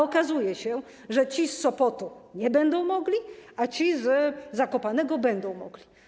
Okazuje się, że ci z Sopotu nie będą mogli, a ci z Zakopanego będą mogli.